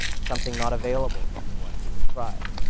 something not available to anyone who would try.